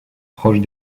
proche